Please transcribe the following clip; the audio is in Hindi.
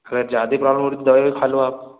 अगर ज़्यादा प्रॉब्लम हो रही है दवाई अवाई खा लो आप